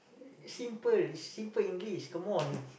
simple it's simple English come on